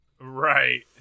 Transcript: Right